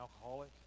alcoholic